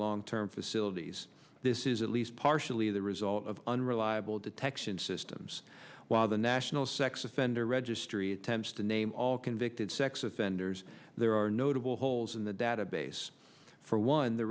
long term facilities this is at least partially the result of unreliable detection systems while the national sex offender registry attempts to name all convicted sex offenders there are notable holes in the database for one the